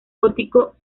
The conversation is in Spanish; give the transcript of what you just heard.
gótico